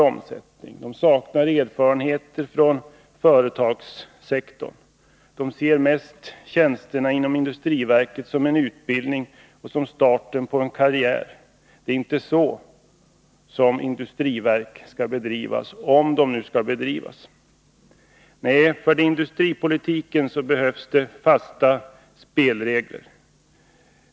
Den saknar erfarenhet från företagssektorn, den ser mest tjänsterna inom industriverk som en utbildning och som en start på en karriär. Det är inte så som industriverk skall bedrivas — om de nu skall bedrivas. Nej, för industripolitiken behövs fasta spelregler.